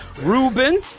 Ruben